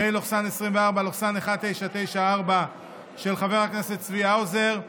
פ/1994/24, של חבר הכנסת צבי האוזר,